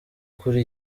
kuri